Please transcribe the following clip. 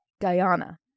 Guyana